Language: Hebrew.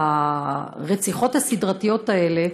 הרציחות הסדרתיות האלה,